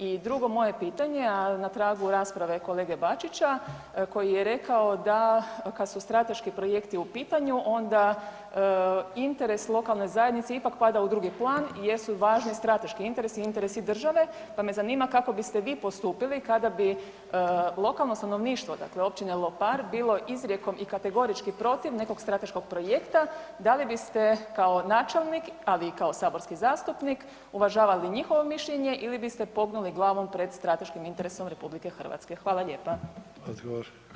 I drugo moje pitanje, a na tragu rasprave kolege Bačića koji je rekao da, kad su strateški projekti u pitanju, onda interes lokalne zajednice ipak pada u drugi plan jer su važni strateški interesi i interesi države, pa me zanima kako biste vi postupili kada bi lokalno stanovništvo, znači općine Lopar bilo izrijekom i kategorički protiv nekog strateškog projekta, da li biste kao načelnik, ali i kao saborski zastupnik uvažavali njihovo mišljenje ili biste pognuli glavom pred strateškim interesom RH?